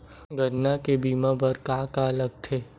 गन्ना के बीमा बर का का लगथे?